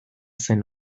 zen